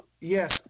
Yes